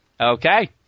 Okay